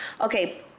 Okay